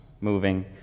moving